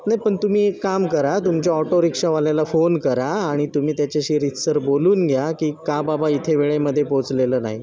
नाही पण तुम्ही एक काम करा तुमच्या ऑटो रिक्षावाल्याला फोन करा आणि तुम्ही त्याच्याशी रीतसर बोलून घ्या की का बाबा इथे वेळेमध्ये पोहचलेला नाही